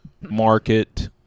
market